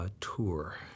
tour